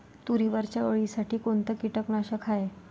तुरीवरच्या अळीसाठी कोनतं कीटकनाशक हाये?